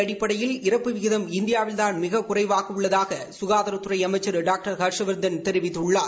அடிப்படையில் இறப்பு விகிதம் இந்தியாவில்தான் மிகக் குறைவாக உள்ளதாக சுகாதாரத்துறை அமைச்சர் டாக்டர் ஹர்ஷவர்தன் தெரிவித்துள்ளார்